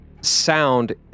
sound